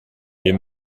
les